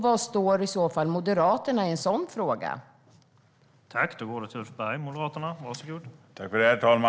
Var står Moderaterna i en sådan fråga?